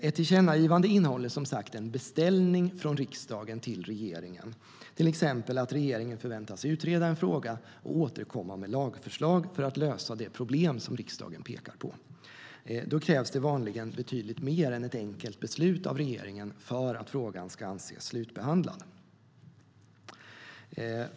Ett tillkännagivande innehåller som sagt en beställning från riksdagen till regeringen, till exempel att regeringen förväntas utreda en fråga och återkomma till riksdagen med lagförslag för att lösa det problem som riksdagen pekat på. Då krävs det vanligen betydligt mer än ett enkelt beslut av regeringen för att frågan ska anses slutbehandlad.